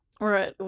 Right